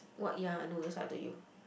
what ya I know that's why I tell you